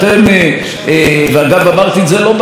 אוכלוסייה שאתם אוהבים לשבח,